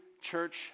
church